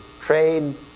trade